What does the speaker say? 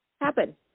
happen